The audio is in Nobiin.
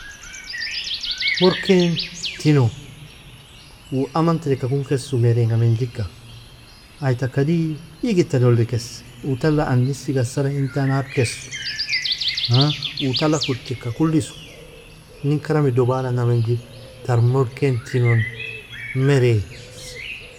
Moorkeen tno uu aman treke kon kess meryenga menjika ai taka digita dolikes uu tala angisiga asara in taan aapkes uu tala kucheka kulis inin karamido baalana menjin, tar moorkeen tinon meri.